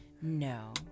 No